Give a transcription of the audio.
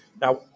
now